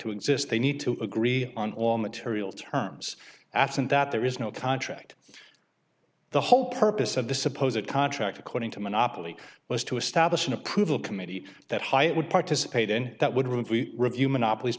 to exist they need to agree on all material terms absent that there is no contract the whole purpose of the suppose that contract according to monopoly was to establish an approval committee that hiatt would participate in that would we review monopolies